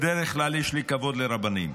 בדרך כלל יש לי כבוד לרבנים.